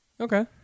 Okay